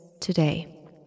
today